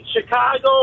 Chicago